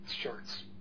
shorts